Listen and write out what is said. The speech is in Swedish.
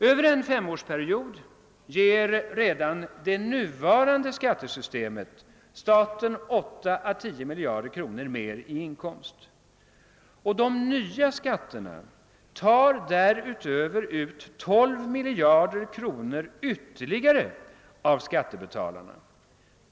Över en femårsperiod ger redan det nuvarande skattesystemet staten 8 å 10 miljarder kronor mer i inkomst, och de nya skatterna tar därutöver 12 miljarder ytterligare av skattebetalarna.